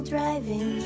Driving